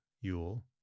yule